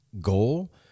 goal